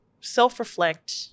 self-reflect